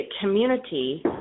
community